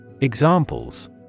Examples